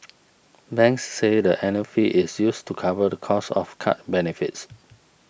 banks said the annual fee is used to cover the cost of card benefits